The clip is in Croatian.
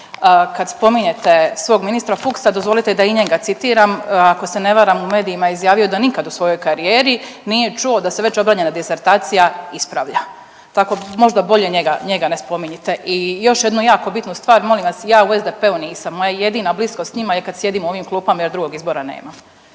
Kada spominjete svog ministra Fuchsa, dozvolite da i njega citiram, ako se ne varam, u medijima je izjavio da nikad u svojoj karijeri nije čuo da se već obranjena disertacija ispravlja. Tako, možda bolje njega ne spominjite. I još jednu jako bitnu stvar, molim vas, ja u SDP-u nisam. Moja jedina bliskost s njima je kad sjedimo u ovim klupama jer drugog izbora nema.